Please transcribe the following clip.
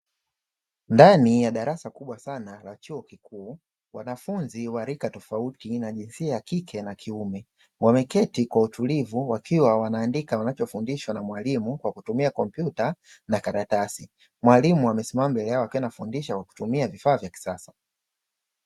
Ndani ya darasa kubwa sana la chuo kikuu wanafunzi wa rika tofauti na jinsia ya kike na ya kiume wameketi kwa utulivu wakiwa wanaandika wanachofundishwa na mwalimu kwa kutumia kompyuta na karatasi, mwalimu amesimama mbele yao akiwa anafundisha kwa kutumia vifaa vya kisasa.